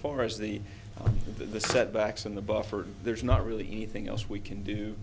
far as the the setbacks in the buffer there's not really anything else we can do